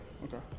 Okay